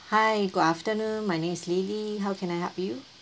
hi good afternoon my name is lily how can I help you